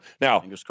Now